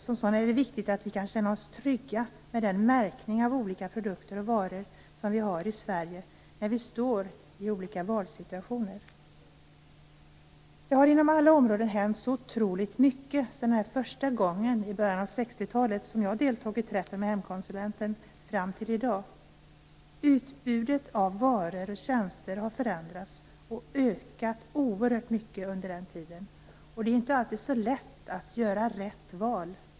Som sådana är det viktigt att vi kan känna oss trygga med den märkning av produkter som finns i Sverige när vi befinner oss i olika valsituationer. Inom alla områden har det hänt otroligt mycket sedan början av 60-talet då jag första gången deltog i träffen med hemkonsulenten och fram till i dag. Utbudet av varor och tjänster har förändrats och ökat oerhört mycket under den här tiden. Det är således inte alltid så lätt att göra rätt val.